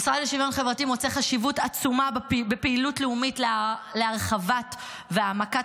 המשרד לשוויון חברתי מוצא חשיבות עצומה בפעילות לאומית להרחבת והעמקת